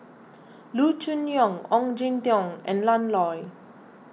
Loo Choon Yong Ong Jin Teong and Ian Loy